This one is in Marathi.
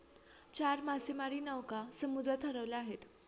चार मासेमारी नौका समुद्रात हरवल्या आहेत